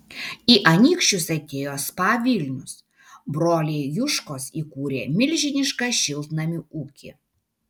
į anykščius atėjo spa vilnius broliai juškos įkūrė milžinišką šiltnamių ūkį